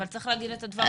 אבל צריך להגיד את הדברים.